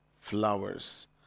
flowers